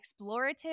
explorative